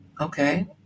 Okay